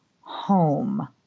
home